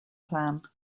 plan